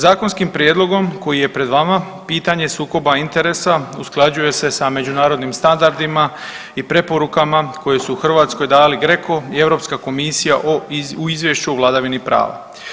Zakonskim prijedlogom koji je pred vama pitanje sukoba interesa usklađuje sa međunarodnim standardima i preporukama koje su Hrvatskoj dali GRECO i Europska komisija u izvješću o vladavini prava.